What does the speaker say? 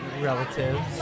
relatives